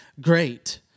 Great